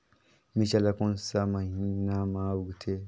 मिरचा ला कोन सा महीन मां उगथे?